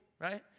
right